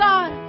God